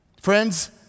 Friends